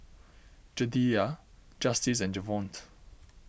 Jedidiah Justice and Javonte